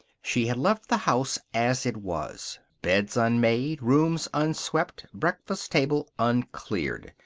she had left the house as it was beds unmade, rooms unswept, breakfast table uncleared.